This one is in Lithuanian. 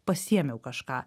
pasiėmiau kažką